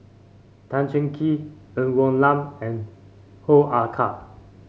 Tan Cheng Kee Ng Woon Lam and Hoo Ah Kay